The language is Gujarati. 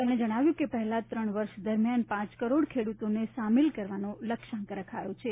તેમણે જણાવ્યું કે પહેલા ત્રણ વર્ષ દરમ્યાન પાંચ કરોડ ખેડુતોને સામેલ કરવાનો લક્ષ્યાંક રખાયો છે